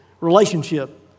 relationship